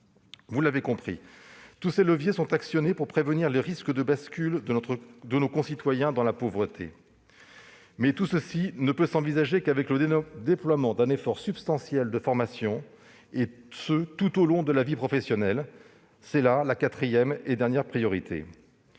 départementaux. Tous ces leviers sont actionnés pour prévenir les risques de basculement de nos concitoyens dans la pauvreté. Mais ils ne peuvent s'envisager qu'avec le déploiement d'un effort substantiel de formation, tout au long de la vie professionnelle. Telle est la quatrième priorité